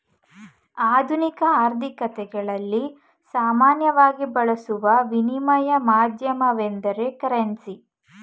ಆಧುನಿಕ ಆರ್ಥಿಕತೆಗಳಲ್ಲಿ ಸಾಮಾನ್ಯವಾಗಿ ಬಳಸುವ ವಿನಿಮಯ ಮಾಧ್ಯಮವೆಂದ್ರೆ ಕರೆನ್ಸಿ